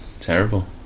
terrible